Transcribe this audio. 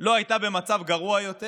לא הייתה במצב גרוע יותר,